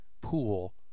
pool